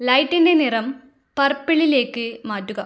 ലൈറ്റിൻ്റെ നിറം പർപ്പിളിലേക്ക് മാറ്റുക